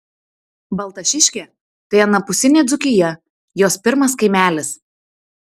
baltašiškė tai anapusinė dzūkija jos pirmas kaimelis